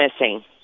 missing